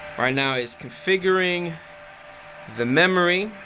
right now is configuring the memory.